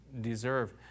deserve